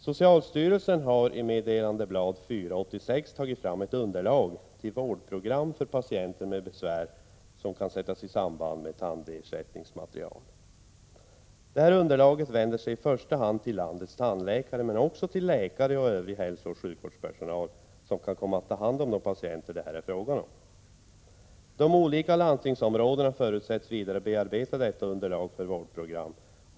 Socialstyrelsen har i meddelandeblad 4/86 tagit fram ett underlag till vårdprogram för patienter med besvär som kan sättas i samband med tandersättningsmaterial. Underlaget vänder sig i första hand till landets tandläkare, men också till läkare och övrig hälsooch sjukvårdspersonal som kan komma att ta hand om de patienter det här är fråga om. De olika landstingsområdena förutsätts bearbeta detta underlag för vårdprogram.